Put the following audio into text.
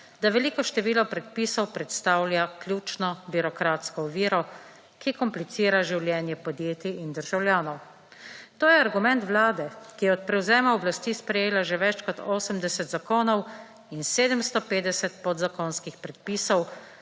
da veliko število predpisov predstavlja ključno birokratsko oviro, ki komplicira življenje podjetij in državljanov. To je argument Vlade, ki je od prevzema oblasti sprejelo že več kot 80 zakonov in 750 podzakonskih predpisov